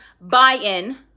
buy-in